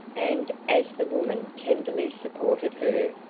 and, as the woman tenderly supported her,